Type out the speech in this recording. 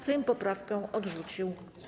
Sejm poprawkę odrzucił.